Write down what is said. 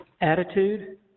attitude